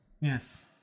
Yes